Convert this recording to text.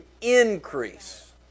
increase